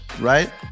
right